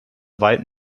weit